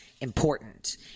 important